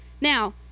now